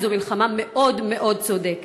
כי זו מלחמה מאוד מאוד צודקת.